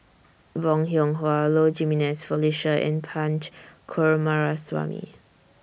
Bong Hiong Hwa Low Jimenez Felicia and Punch Coomaraswamy